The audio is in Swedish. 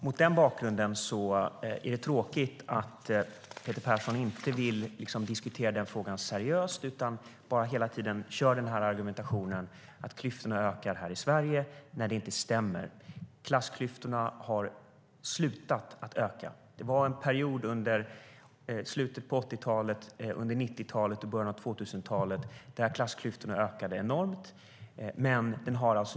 Mot den bakgrunden är det tråkigt att Peter Persson inte vill diskutera den frågan seriöst utan hela tiden bara kör argumentationen att klyftorna ökar här i Sverige när det inte stämmer. Klassklyftorna har slutat att öka. Det var en period under slutet av 80-talet, under 90-talet och i början av 2000-talet då klassklyftorna ökade enormt mycket.